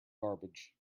garbage